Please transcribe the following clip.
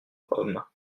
homme